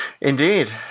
Indeed